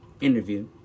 interview